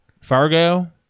Fargo